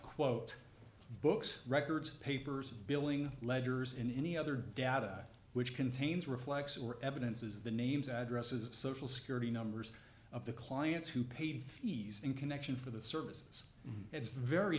quote books records papers billing letters in any other data which contains reflects or evidences the names addresses of social security numbers of the clients who paid fees in connection for the services it's very